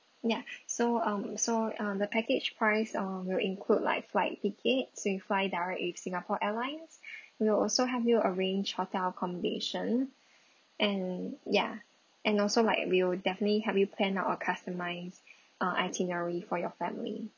ya so um so uh the package price uh will include like flight ticket so you fly direct with singapore airlines we'll also help you arrange hotel accommodation and ya and also like we will definitely help you plan out a customised uh itinerary for your family